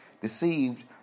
deceived